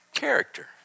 character